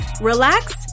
relax